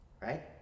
right